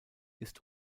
ist